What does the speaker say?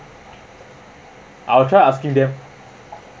I'll try asking them